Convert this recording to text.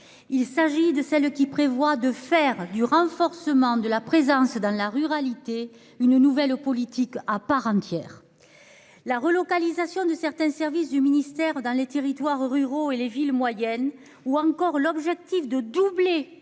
il s'agit de ça le qui prévoit de faire du renforcement de la présence dans la ruralité, une nouvelle au politique à part entière, la relocalisation de certains services du ministère dans les territoires ruraux et les villes moyennes ou encore l'objectif de doubler